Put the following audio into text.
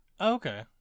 Okay